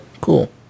cool